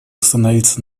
остановиться